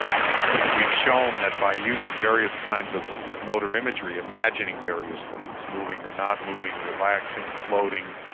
and we've shown that by using various kinds of motor imagery imagining various things, moving or not moving, relaxing, floating,